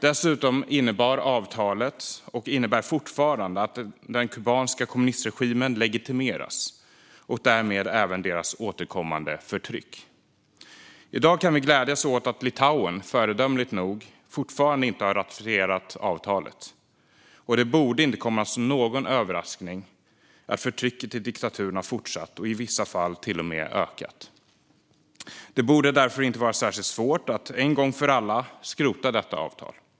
Dessutom innebar avtalet, och innebär fortfarande, att den kubanska kommunistregimen legitimeras och därmed även dess återkommande förtryck. I dag kan vi glädjas åt att Litauen, föredömligt nog, fortfarande inte har ratificerat avtalet. Det borde inte komma som någon överraskning att förtrycket i diktaturen har fortsatt och i vissa fall till och med ökat, och det borde därför inte vara särskilt svårt att en gång för alla skrota detta avtal.